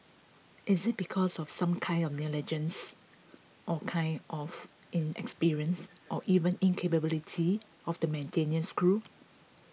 is it because of some kind of negligence or kind of inexperience or even incapability of the maintenance crew